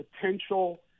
potential